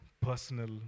personal